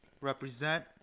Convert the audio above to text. Represent